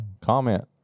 Comment